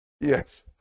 Yes